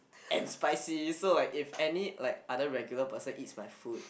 and spicy so like if any like other regular person eats my food